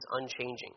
unchanging